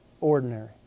ordinary